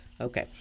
Okay